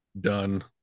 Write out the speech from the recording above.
Done